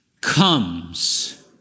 comes